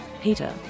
Peter